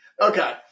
Okay